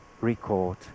record